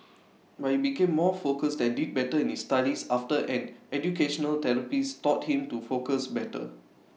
but he became more focused and did better in studies after an educational therapist taught him to focus better